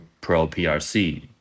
pro-PRC